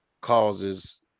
causes